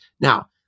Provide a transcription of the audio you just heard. Now